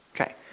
Okay